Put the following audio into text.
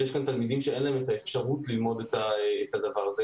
שאין להם אפשרות ללמוד את החומר.